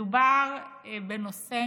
מדובר בנושא